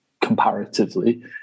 comparatively